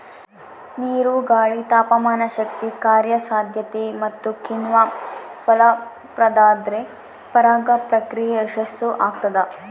ನೀರು ಗಾಳಿ ತಾಪಮಾನಶಕ್ತಿ ಕಾರ್ಯಸಾಧ್ಯತೆ ಮತ್ತುಕಿಣ್ವ ಫಲಪ್ರದಾದ್ರೆ ಪರಾಗ ಪ್ರಕ್ರಿಯೆ ಯಶಸ್ಸುಆಗ್ತದ